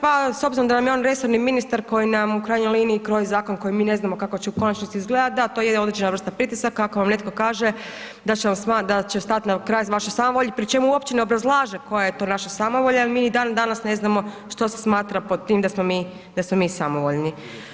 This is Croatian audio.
Pa s obzirom da nam je on resorni ministar koji nam u krajnjoj liniji kroji zakon koji mi ne znamo kako će u konačnici izgledat, da to je određena vrsta pritisaka ako vam netko kaže da će stat na kraj vašoj samovolji, pri čemu uopće ne obrazlaže koja je to naša samovolja, jer mi ni dan danas ne znamo što se smatra pod tim da smo mi samovoljni.